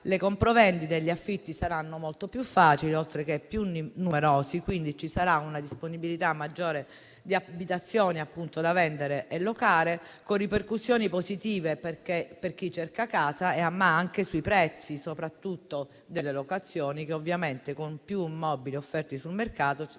le compravendite e gli affitti saranno molto più facili, oltre che più numerosi, quindi ci sarà maggiore disponibilità di abitazioni da vendere e locare, con ripercussioni positive per chi cerca casa, ma anche sui prezzi, soprattutto delle locazioni che ovviamente, con più immobili offerti sul mercato,